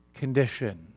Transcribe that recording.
condition